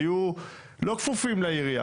שלא יהיו כפופים לעירייה,